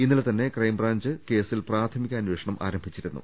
ഇന്നലെത്തന്നെ crime branch കേസിൽ പ്രാഥ മിക അന്വേഷണം ആരംഭിച്ചിരുന്നു